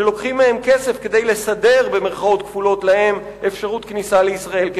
שלוקחים מהם כסף כדי 'לסדר' להם אפשרות כניסה לישראל" תזכורת שהזמן עבר.